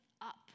up